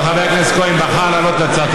אבל חבר הכנסת כהן בחר להעלות את הצעת